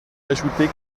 ajouter